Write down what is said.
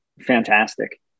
fantastic